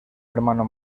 hermano